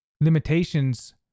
limitations